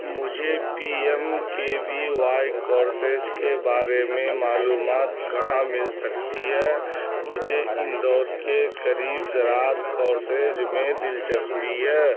مجھے P M K V Y courses کے بارے میں معلومات کہاں مل سکتی ہے مجھے اندور کے قریب زراعت کورسز میں دلچسپی ہے